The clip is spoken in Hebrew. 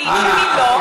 שהיא לא,